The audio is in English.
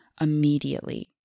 immediately